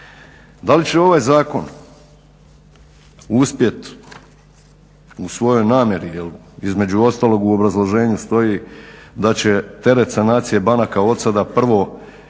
Da li će ovaj zakon uspjet u svojoj namjeri, jer između ostalog u obrazloženju stoji da će teret sanacije banaka od sada prvo